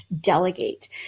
delegate